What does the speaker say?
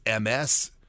MS